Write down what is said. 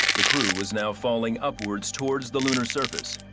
the crew was now falling upwards towards the lunar surface.